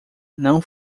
não